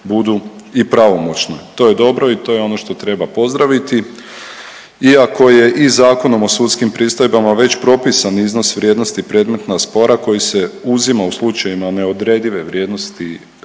budu i pravomoćne. To je dobro i to je ono što treba pozdraviti iako je i Zakonom o sudskim pristojbama već propisan iznos vrijednosti predmetna spora koji se uzima u slučajevima neodredive vrijednosti